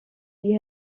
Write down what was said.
sie